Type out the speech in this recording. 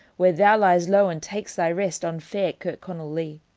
where thou lies low and takes thy rest, on fair kirkconnell lea.